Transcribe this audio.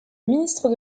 ministre